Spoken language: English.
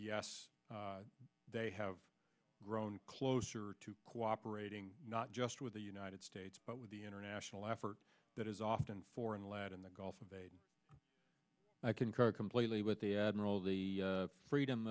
yes they have grown closer to cooperating not just with the united states but with the international effort that is often foreign lad in the gulf of aden i concur completely with the admiral the freedom